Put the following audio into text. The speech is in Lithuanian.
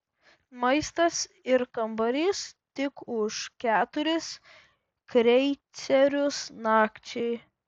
maistas ir kambarys tik už keturis kreicerius nakčiai